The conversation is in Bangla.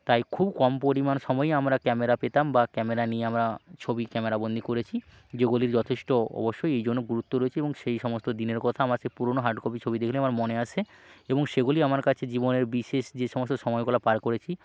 তাই খুব কম পরিমাণ সময়ই আমরা ক্যামেরা পেতাম বা ক্যামেরা নিয়ে আমরা ছবি ক্যামেরা বন্দী করেছি যেগুলির যথেষ্ট অবশ্যই এই জন্য গুরুত্ব রয়েছে এবং সেই সমস্ত দিনের কথা আমার সেই পুরোনো হার্ড কপির ছবি দেখলেই আমার মনে আসে এবং সেগুলি আমার কাছে জীবনের বিশেষ যে সমস্ত সময়গুলো পার করেছি